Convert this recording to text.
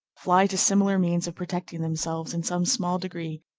fly to similar means of protecting themselves, in some small degree,